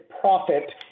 profit